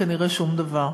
כנראה שום דבר.